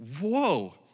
whoa